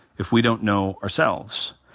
if we don't know ourselves?